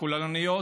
כוללניות